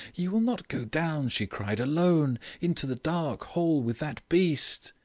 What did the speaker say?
you will not go down, she cried, alone, into the dark hole, with that beast?